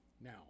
now